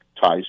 ties